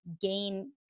gain